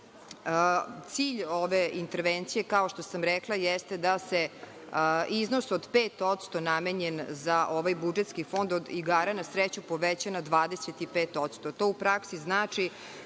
Cilj ove intervencije, kao što sam rekla, jeste da se iznos od 5% namenjen za ovaj budžetski fond od igara na sreću poveća na 25%.